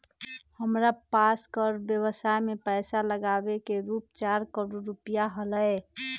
हमरा पास कर व्ययवसाय में पैसा लागावे के रूप चार करोड़ रुपिया हलय